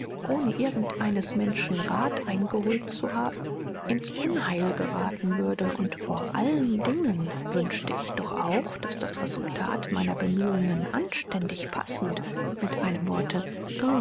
ohne irgend eines menschen rat eingeholt zu haben ins unheil geraten würde und vor allen dingen wünschte ich doch auch daß das resultat meiner bemühungen anständig passend mit einem worte